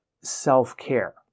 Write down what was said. self-care